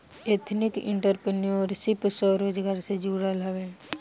ethnic entrepreneurship स्वरोजगार से जुड़ल हवे